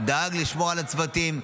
דאג לשמור על הצוותים,